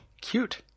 Cute